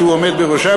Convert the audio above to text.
שהוא עומד בראשה,